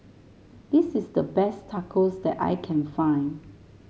this is the best Tacos that I can find